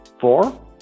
four